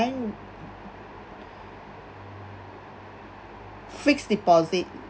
fixed deposit